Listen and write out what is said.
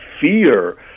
fear